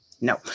no